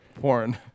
Porn